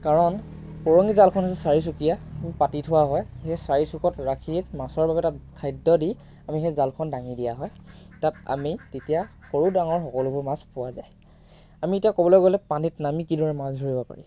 কাৰণ পৰঙি জালখন হৈছে চাৰিচকীয়া পাতি থোৱা হয় সেই চাৰি চুকত ৰাখি মাছৰ বাবে তাত খাদ্য দি আমি সেই জালখন দাঙি দিয়া হয় তাত আমি তেতিয়া সৰু ডাঙৰ সকলোবোৰ মাছ পোৱা যায় আমি এতিয়া ক'বলৈ গ'লে পানীত নামি কিদৰে মাছ ধৰিব পাৰি